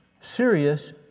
serious